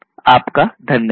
आपका धन्यवाद